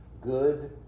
good